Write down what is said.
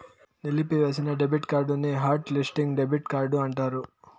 నిలిపివేసిన డెబిట్ కార్డుని hot listing debit card అంటారు